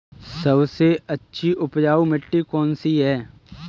सबसे अच्छी उपजाऊ मिट्टी कौन सी है?